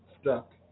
stuck